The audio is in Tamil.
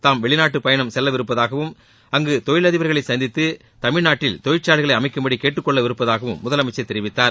தாம் வெளிநாட்டுப் பயணம் செல்லவிருப்பதாகவும் அங்கு தொழிலதிபா்களை சந்தித்து தமிழ்நாட்டில் தொழிற்சாலைகளை அமைக்கும்படி கேட்டுக் கொள்ளவிருப்பதாகவும் முதலமைச்சர் தெரிவித்தார்